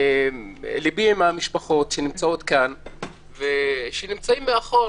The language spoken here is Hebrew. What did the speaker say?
ליבי עם המשפחות שנמצאות כאן ושנשארות מאחור.